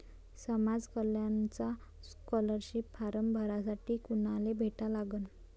समाज कल्याणचा scholarship form भरासाठी कुनाले भेटा लागन?